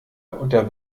unter